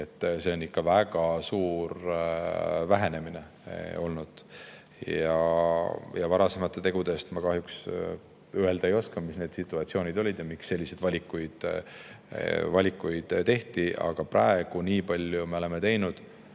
See on ikka väga suur vähenemine olnud. Varasemate tegude kohta ma kahjuks öelda ei oska, mis need situatsioonid olid ja miks selliseid valikuid tehti. Aga praegu me oleme teinud